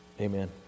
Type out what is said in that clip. Amen